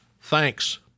Thanks